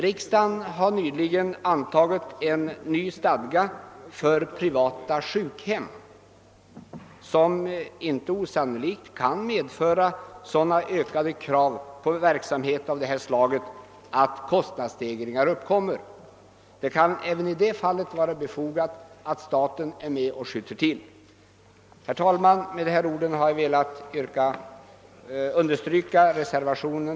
Riksdagen har nyligen antagit en ny stadga för enskilda sjukhem, vilken inte osannolikt kan medföra sådana ökade krav på en verksamhet av detta slag, att kostnadsstegringar uppkommer. Det kan även därför vara befogat att staten medverkar och skjuter till pengar. Herr talman! Med detta har jag velat yrka bifall till reservationen.